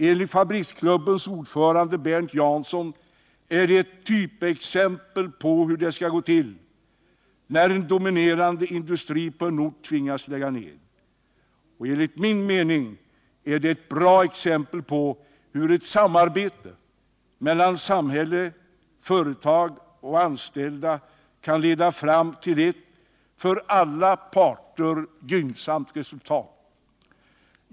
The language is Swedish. Enligt fabriksklubbens ordförande Berndt Jansson är det ett typexempel på hur det skall gå till när en dominerande industri på en ort tvingas lägga ned. Enligt min mening är det ett bra exempel på hur ett samarbete mellan samhälle, företag och anställda kan leda fram till ett för alla parter gynnsamt resultat.